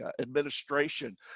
administration